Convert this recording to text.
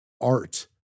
art